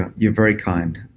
and you're very kind.